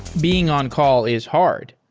being on-call is hard,